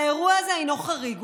האירוע הזה אינו חריג.